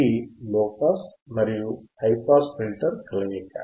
ఇది లోపాస్ మరియు high pass filter కలయిక